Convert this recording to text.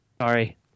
sorry